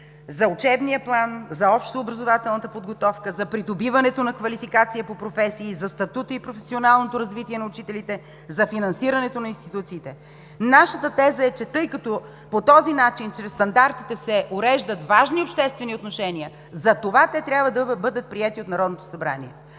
за учебния план, за общообразователната подготовка, за придобиването на квалификация по професии, за статута и професионалното развитие на учителите, за финансирането на институциите – нашата теза е, че тъй като по този начин, чрез стандартите се уреждат важни обществени отношения, затова те трябва да бъдат приети от Народното събрание.